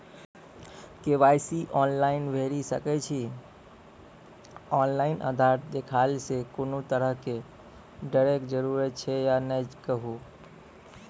KYC online भैरि सकैत छी, ऑनलाइन आधार देलासॅ कुनू तरहक डरैक जरूरत छै या नै कहू?